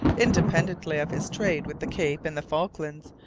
independently of his trade with the cape and the falklands,